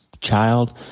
child